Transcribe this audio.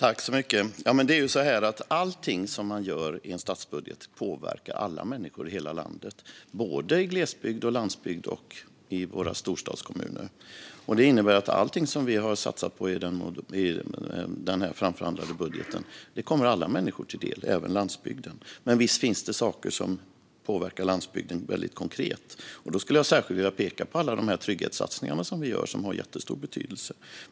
Herr talman! Allt som man gör i en statsbudget påverkar alla människor i hela landet, både i glesbygden, på landsbygden och i våra storstadskommuner. Det innebär att allt som vi har satsat på i den framförhandlade budgeten kommer alla människor till del, även på landsbygden. Men visst finns det saker som påverkar landsbygden väldigt konkret. Där skulle jag särskilt vilja peka på alla de trygghetssatsningar som vi gör och som har jättestor betydelse.